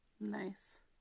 Nice